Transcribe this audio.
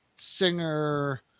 Singer